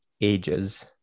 ages